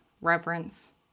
reverence